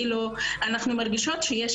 אנחנו אמנם כן מרגישות שיש